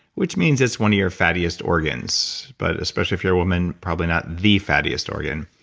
which means it's one of your fattiest organs, but especially if you're a woman probably not the fattiest organ.